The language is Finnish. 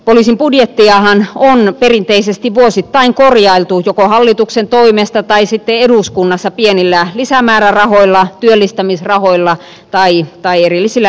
poliisin budjettiahan on perinteisesti vuosittain korjailtu joko hallituksen toimesta tai sitten eduskunnassa pienillä lisämäärärahoilla työllistämisrahoilla tai erillisillä lisäbudjeteilla